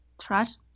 trust